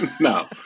No